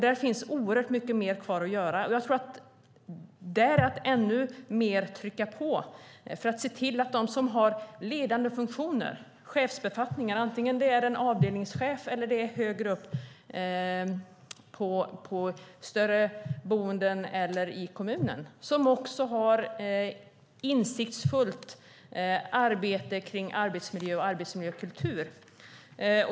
Där finns oerhört mycket mer kvar att göra. Jag tror att man måste trycka på ännu mer där för att se till att de som har ledande funktioner och chefsbefattningar, oavsett om det är avdelningschefer eller högre upp på större boenden eller i kommunen, får mer insikt i arbetet med arbetsmiljö och arbetsmiljökultur.